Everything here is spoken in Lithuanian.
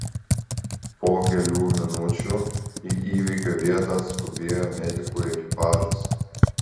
po kelių minučių į įvykio vietą atskubėjo medikų ekipažas